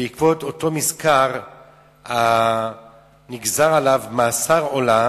ובעקבות אותו מזכר נגזר עליו מאסר עולם,